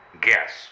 guess